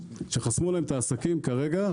שחסמו להם את העסקים כרגע,